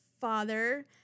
father